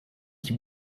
qui